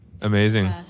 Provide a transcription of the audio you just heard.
amazing